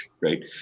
right